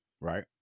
Right